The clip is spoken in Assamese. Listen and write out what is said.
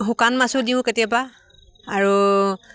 শুকান মাছো দিওঁ কেতিয়াবা আৰু